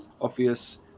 obvious